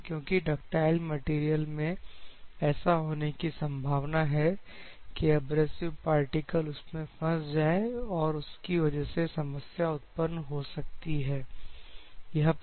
क्योंकि ductile material में ऐसा होने की संभावना है कि एब्रेसिव पार्टिकल उसमें फंस जाएं और इसकी वजह से समस्या उत्पन्न हो सकती है